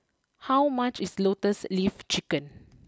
how much is Lotus leaf Chicken